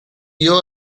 guió